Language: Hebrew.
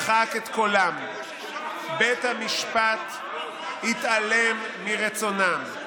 מחק את קולם, בית המשפט התעלם מרצונם.